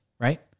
Right